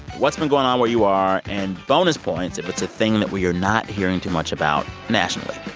what's been going on where you are and bonus points if it's a thing that we are not hearing too much about nationally,